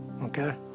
okay